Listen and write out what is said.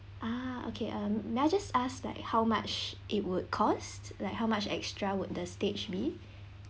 ah okay um may I just ask like how much it would cost like how much extra would the stage be